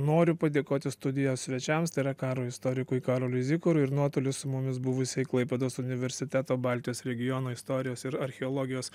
noriu padėkoti studijos svečiams tai yra karo istorikui karoliui zikarui ir nuotoliu su mumis buvusiai klaipėdos universiteto baltijos regiono istorijos ir archeologijos